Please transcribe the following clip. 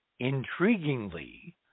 intriguingly